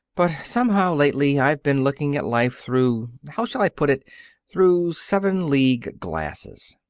but somehow, lately, i've been looking at life through how shall i put it through seven-league glasses.